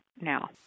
now